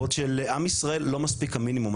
בעוד שלעם ישראל לא מספיק המינימום,